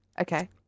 Okay